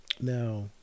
now